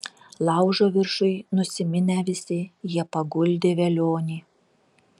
laužo viršuj nusiminę visi jie paguldė velionį